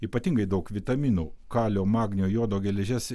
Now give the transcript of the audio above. ypatingai daug vitaminų kalio magnio jodo geležies